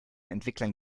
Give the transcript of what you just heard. entwicklern